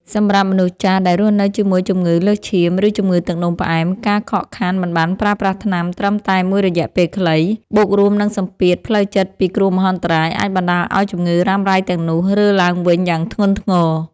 សម្រាប់មនុស្សចាស់ដែលរស់នៅជាមួយជំងឺលើសឈាម ឬជំងឺទឹកនោមផ្អែម ការខកខានមិនបានប្រើប្រាស់ថ្នាំត្រឹមតែមួយរយៈពេលខ្លី បូករួមនឹងសម្ពាធផ្លូវចិត្តពីគ្រោះមហន្តរាយ អាចបណ្តាលឱ្យជំងឺរ៉ាំរ៉ៃទាំងនោះរើឡើងវិញយ៉ាងធ្ងន់ធ្ងរ។